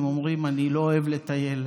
הם אומרים: אני לא אוהב לטייל,